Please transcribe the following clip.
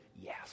yes